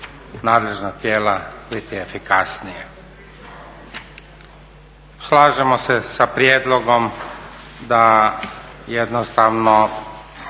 nadležna tijela biti efikasnija. Slažemo se sa prijedlogom da jednostavno